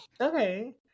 Okay